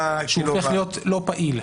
כשהוא הופך להיות לא פעיל,